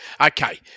Okay